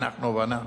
אנחנו ואנחנו,